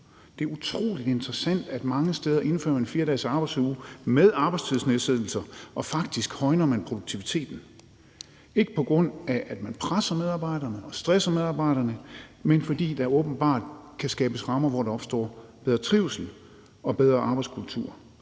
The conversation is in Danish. Det er utrolig interessant, at mange steder indfører man en 4-dagesarbejdsuge med arbejdstidsnedsættelse, og faktisk højner man produktiviteten – ikke på grund af at man presser medarbejderne og stresser medarbejderne, men fordi der åbenbart kan skabes rammer, hvor der opstår bedre trivsel og bedre arbejdskultur.